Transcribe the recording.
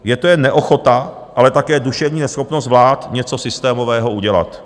Je to jen neochota, ale také duševní neschopnost vlád něco systémového udělat.